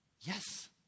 Yes